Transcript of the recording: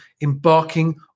embarking